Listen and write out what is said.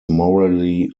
morally